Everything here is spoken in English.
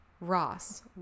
Ross